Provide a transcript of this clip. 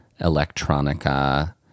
electronica